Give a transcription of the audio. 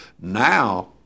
Now